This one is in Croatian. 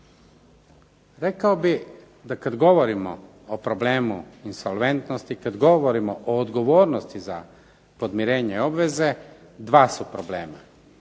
Rekao bih da kada govorimo o problemu insolventnosti, kada govorimo o odgovornosti za podmirenje obveze, dva su problema.